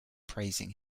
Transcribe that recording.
praising